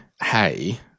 hey